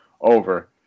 over